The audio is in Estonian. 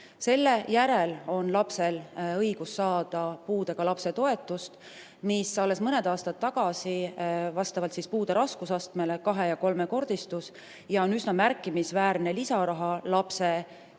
Selle järel on lapsel õigus saada puudega lapse toetust, mis alles mõni aasta tagasi vastavalt puude raskusastmele kahe‑ või kolmekordistus ja on üsna märkimisväärne lisaraha lapse puudest